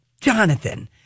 Jonathan